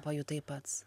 pajutai pats